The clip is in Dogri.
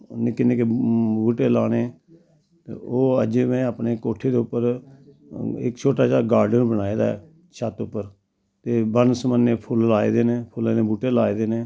निक्के निक्के बूह्टे लाने ओह् अज में अपने कोट्ठे दे उप्पर इक छोटा जेहा गॉर्डन बनाए दा ऐ छत्त उप्पर ते बन्न सबन्ने फुल्ल लाए दे न फुल्लें दे हूह्टे लाए दे न